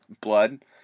blood